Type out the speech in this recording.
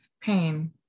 pain